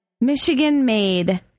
Michigan-made